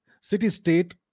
city-state